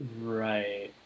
right